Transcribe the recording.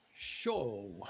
show